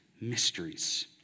mysteries